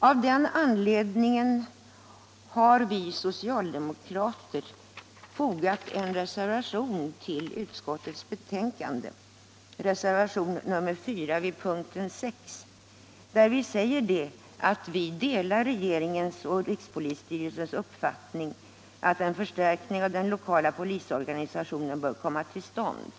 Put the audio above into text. Av den anledningen har vi socialdemokrater fogat en reservation till utskottets betänkande, reservation nr 4 vid punkten 6, där vi säger: ”Utskottet delar regeringens och rikspolisstyrelsens uppfattning att en förstärkning av den lokala polisorganisationen bör komma till stånd.